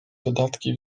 dodatki